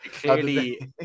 clearly